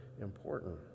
important